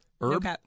Herb